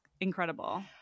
incredible